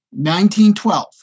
1912